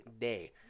day